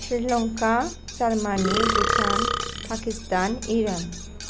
Sri Lanka Germany Bhutan Pakistan Iran